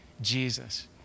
Jesus